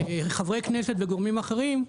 לחברי כנסת וגורמים אחרים,